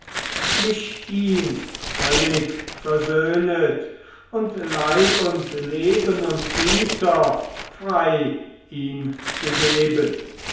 mich ihm völlig versöhnet und leib und leben und güter frei ihm gegeben